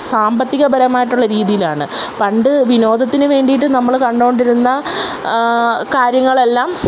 സാമ്പത്തിക പരമായിട്ടുള്ള രീതിയിലാണ് പണ്ട് വിനോദത്തിന് വേണ്ടിയിട്ട് നമ്മൾ കണ്ടുകൊണ്ടിരുന്ന കാര്യങ്ങളെല്ലാം